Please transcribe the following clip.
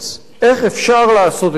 איך אפשר לעשות את זה?